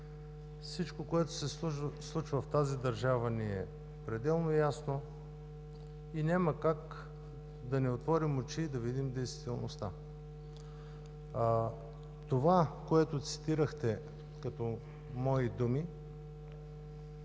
Всичко, което се случва в тази държава, ни е пределно ясно и няма как да не отворим очи и да видим действителността. Това, което цитирахте като мои думи,